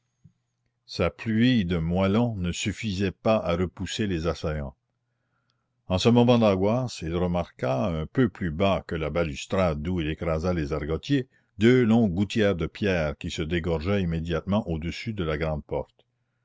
sa pluie de moellons ne suffisait pas à repousser les assaillants en ce moment d'angoisse il remarqua un peu plus bas que la balustrade d'où il écrasait les argotiers deux longues gouttières de pierre qui se dégorgeaient immédiatement au-dessus de la grande porte